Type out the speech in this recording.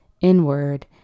inward